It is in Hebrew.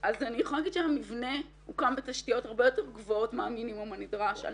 יכולה לומר שהמבנה הוקם בתשתיות הרבה יותר גבוהות מהמינימום הנדרש על